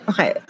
Okay